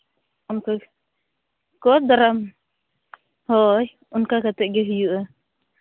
ᱟᱢ ᱠᱚ ᱠᱷᱚᱡᱽ ᱫᱟᱨᱟᱢ ᱦᱳᱭ ᱚᱱᱠᱟ ᱠᱟᱛᱮ ᱜᱮ ᱦᱩᱭᱩᱜᱼᱟ